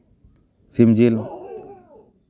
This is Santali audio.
ᱥᱤᱢᱡᱤᱞ